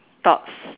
thoughts